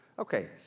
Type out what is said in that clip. Okay